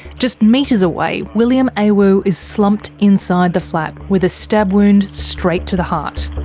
just metres away william awu is slumped inside the flat with a stab wound straight to the heart.